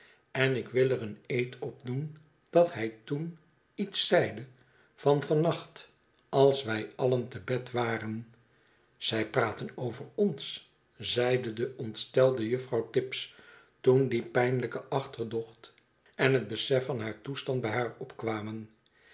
en ik wil er een eed op doen dat hij toen iets zeide van van nacht als wij alien te bed waren zij praten over ons zeide de ontstelde juffrouw tibbs toen die pijnlijke achterdocht en het besef van haar toestand bij haar opkwamen